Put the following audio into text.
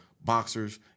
boxers